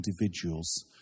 individuals